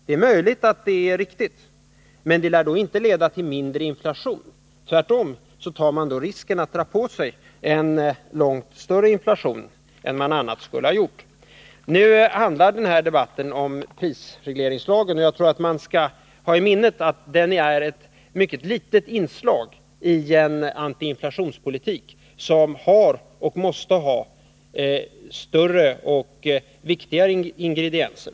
Det är möjligt att det är riktigt, men det lär då inte leda till minskad inflation. Tvärtom tar man risken att dra på sig en långt större inflation än man annars skulle ha gjort. Nu handlar den här debatten om prisregleringslagen, och jag tror att man skall ha i minnet att den är ett mycket litet inslag i en antiinflationspolitik som har och måste ha större och viktigare ingredienser.